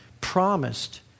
promised